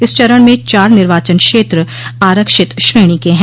इस चरण में चार निर्वाचन क्षेत्र आरक्षित श्रेणी के हैं